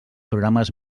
programes